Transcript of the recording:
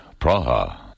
Praha